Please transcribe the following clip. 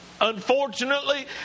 Unfortunately